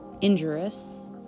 injurious